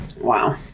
wow